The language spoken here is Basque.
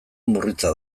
murritza